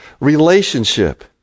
Relationship